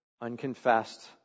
unconfessed